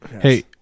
Hey